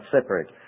separate